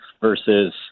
versus